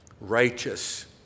righteous